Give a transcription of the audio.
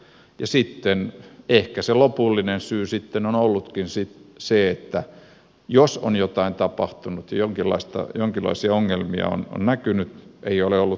ja sitten ehkä se lopullinen syy on ollutkin se että jos on jotain tapahtunut ja jonkinlaisia ongelmia on näkynyt ei ole ollut korvausvelvollisuuksia